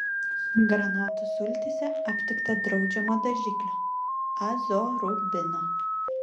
granatų sultyse aptikta draudžiamo dažiklio azorubino